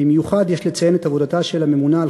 במיוחד יש לציין את עבודתה של הממונה על